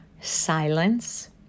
Silence